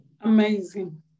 Amazing